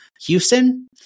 Houston